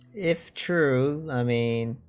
if true i mean